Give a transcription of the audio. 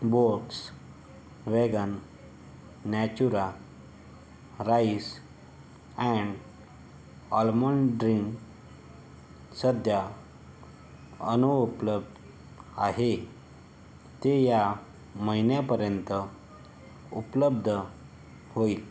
box vegan Natura rice and almond drink सध्या अनुपलब्ध आहे ते या महिन्यापर्यंत उपलब्ध होईल